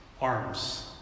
Arms